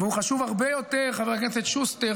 חבר הכנסת שוסטר,